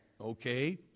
Okay